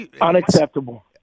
Unacceptable